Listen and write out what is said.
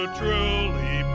truly